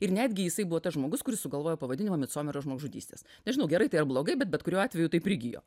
ir netgi jisai buvo tas žmogus kuris sugalvojo pavadinimą micomerio žmogžudystės nežinau gerai ar blogai bet bet kuriuo atveju tai prigijo